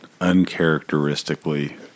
uncharacteristically